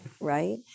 Right